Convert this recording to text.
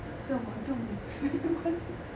不要管不用紧 没关系